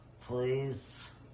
Please